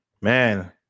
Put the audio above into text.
man